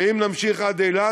ואם נמשיך עד אילת,